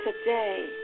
today